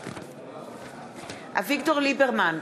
אביגדור ליברמן,